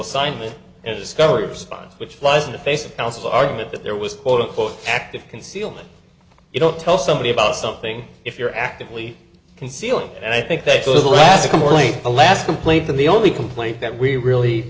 assignment and discovery spawns which flies in the face of counsel argument that there was quote unquote active concealment you don't tell somebody about something if you're actively concealing and i think that the last quarterly the last complained that the only complaint that we really